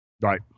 Right